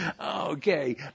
Okay